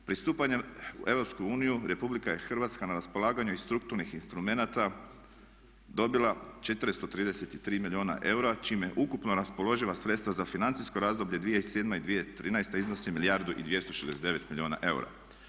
Pristupanjem u EU RH je na raspolaganju iz strukturnih instrumenata dobila 433 milijuna eura čime je ukupno raspoloživa sredstva za financijsko razdoblje 2007.-2013. iznosi 1 milijardu i 269 milijuna eura.